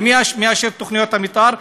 ומי מאשר תוכניות מתאר?